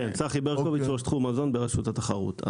כן, ראש תחום מזון ברשות התחרות.